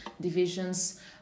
divisions